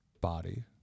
body